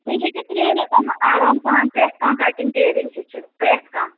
تُہۍ ہیٚکِو ترٛٮ۪ن رٮ۪تن منٛز آرام سان پرٛٮ۪تھ کانٛہہ کٹِنٛگ ٹیلرِنٛگ ہیٚچِتھ پرٛٮ۪تھ کانٛہہ